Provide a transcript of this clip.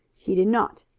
he did not.